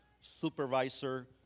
supervisor